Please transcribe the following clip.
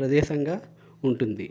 ప్రదేశంగా ఉంటుంది